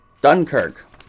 Dunkirk